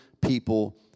people